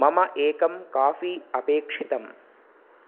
मम एकं काफ़ी अपेक्षितम्